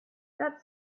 that